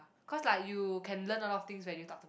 cause like you can learn a lot of things when you talk to